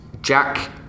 Jack